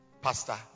Pastor